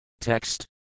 Text